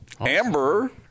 Amber